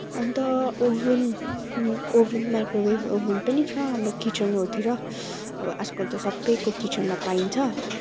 अन्त oven oven microwave oven पनि छ हाम्रो किचनहरू तिर अब आजकल त सबैको किचनमा पाइन्छ